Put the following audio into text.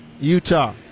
utah